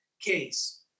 case